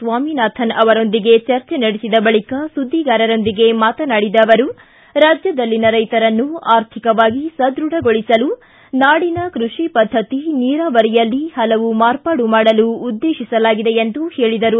ಸ್ವಾಮಿನಾಥನ್ ಅವರೊಂದಿಗೆ ಚರ್ಚೆ ನಡೆಸಿದ ಬಳಿಕ ಸುದ್ದಿಗಾರರೊಂದಿಗೆ ಮಾತನಾಡಿದ ಅವರು ರಾಜ್ಯದಲ್ಲಿನ ರೈತರನ್ನು ಆರ್ಥಿಕವಾಗಿ ಸದೃಢಗೊಳಿಸಲು ನಾಡಿನ ಕೃಷಿ ಪದ್ದತಿ ನೀರಾವರಿಯಲ್ಲಿ ಹಲವು ಮಾರ್ಪಾಡು ಮಾಡಲು ಉದ್ದೇತಿಸಲಾಗಿದೆ ಎಂದು ಹೇಳಿದರು